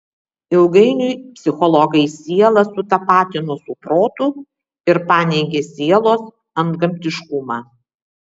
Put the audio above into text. ilgainiui psichologai sielą sutapatino su protu ir paneigė sielos antgamtiškumą